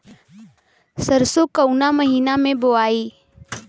सरसो काउना महीना मे बोआई?